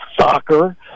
soccer